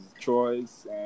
choice